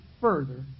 further